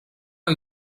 are